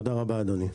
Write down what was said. תודה רבה אדוני.